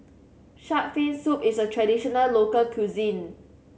Shark's Fin Soup is a traditional local cuisine